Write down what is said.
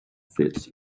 fits